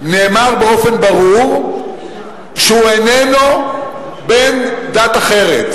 נאמר באופן ברור שהוא איננו בן דת אחרת.